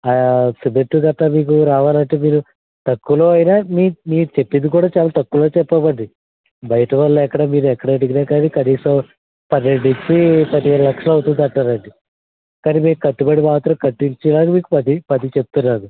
cement గట్రా మీకు రావాలంటే మీరు తక్కువలో అయిన మీరు మీరు చెప్పింది కూడా చాలా తక్కువే చెప్పామండి బయట వాళ్ళు ఎక్కడ మీరు ఎక్కడ అడిగిన కానీ కనీసం పదిహేను నుంచి పదేడు లక్షలవుతుందంటారండీ కాని మీరు కట్టుబడి మాత్రం కట్టించేల మీకు పది పది చెప్తున్నాను